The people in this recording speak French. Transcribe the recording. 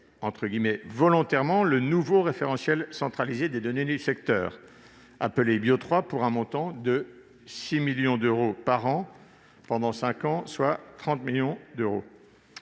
de financer « volontairement » le nouveau référentiel centralisé des données du secteur, appelé « BIO-3 », pour un montant de 6 millions d'euros par an pendant cinq ans, soit 30 millions d'euros.